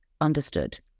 understood